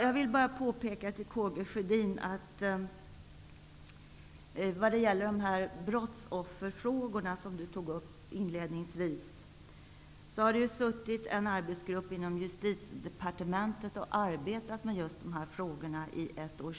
Jag vill bara göra ett påpekande till Karl Gustaf Sjödin när det gäller brottsofferfrågorna. En arbetsgrupp inom Justitiedepartementet har ju arbetat med just de här frågorna i ett år.